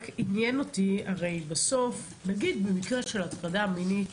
רק עניין אותי, נגיד במקרה של הטרדה מינית